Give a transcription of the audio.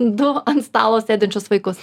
du ant stalo sėdinčius vaikus